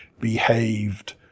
behaved